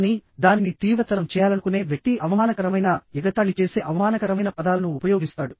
కానీ దానిని తీవ్రతరం చేయాలనుకునే వ్యక్తి అవమానకరమైన ఎగతాళి చేసే అవమానకరమైన పదాలను ఉపయోగిస్తాడు